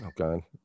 okay